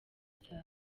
zawe